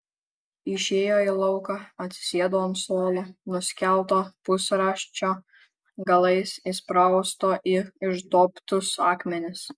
išėjo į lauką atsisėdo ant suolo nuskelto pusrąsčio galais įsprausto į išduobtus akmenis